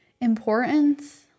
Importance